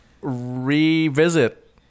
revisit